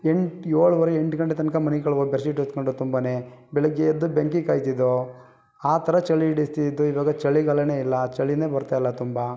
ಎಂಟು ಏಳುವರೆ ಎಂಟು ಗಂಟೆ ತನಕ ಮನಿಕೊಳೊವ್ ಬೆರ್ಶೀಟ್ ಹೊದ್ಕೊಂಡು ತುಂಬಾ ಬೆಳಗ್ಗೆ ಎದ್ದು ಬೆಂಕಿ ಕಾಯ್ತಿದ್ದೋ ಆ ಥರ ಚಳಿ ಹಿಡಿಸ್ತಿತ್ತು ಇವಾಗ ಚಳಿಗಾಲವೇ ಇಲ್ಲ ಚಳಿಯೇ ಬರ್ತಾ ಇಲ್ಲ ತುಂಬ